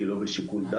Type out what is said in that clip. כי היא לא בשיקול דעת.